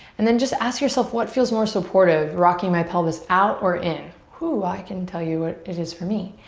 and then just ask yourself what feels more supportive, rocking my pelvis out or in? whew, i can tell you what it is for me.